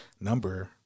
number